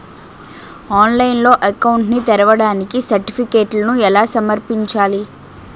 ఆన్లైన్లో అకౌంట్ ని తెరవడానికి సర్టిఫికెట్లను ఎలా సమర్పించాలి?